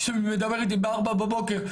שמדבר איתי בארבע בבוקר,